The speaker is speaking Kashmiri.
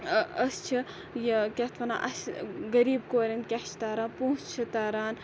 أسۍ چھِ یہِ کیاہ اَتھ وَنان اَسہِ غریٖب کورٮ۪ن کیا چھِ تَران پونٛسہٕ چھِ تَران